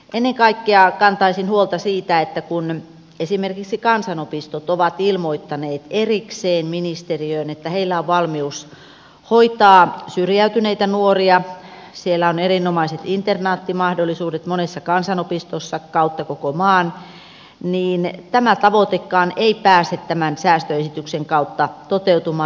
ennen kaikkea kantaisin huolta siitä että kun esimerkiksi kansanopistot ovat ilmoittaneet erikseen ministeriöön että heillä on valmius hoitaa syrjäytyneitä nuoria on erinomaiset internaattimahdollisuudet monessa kansanopistossa kautta koko maan niin tämä tavoitekaan ei pääse tämän säästöesityksen kautta toteutumaan